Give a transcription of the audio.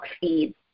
feed